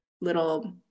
little